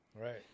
Right